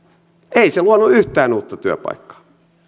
ei se luonut yhtään uutta työpaikkaa